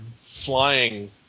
flying